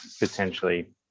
potentially